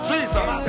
Jesus